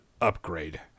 upgrade